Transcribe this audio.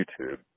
YouTube